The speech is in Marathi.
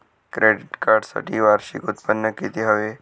क्रेडिट कार्डसाठी वार्षिक उत्त्पन्न किती हवे?